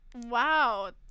Wow